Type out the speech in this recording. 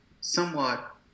somewhat